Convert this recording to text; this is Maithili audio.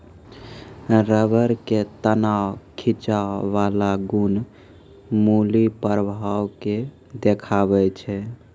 रबर के तनाव खिंचाव बाला गुण मुलीं प्रभाव के देखाबै छै